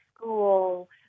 school